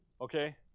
okay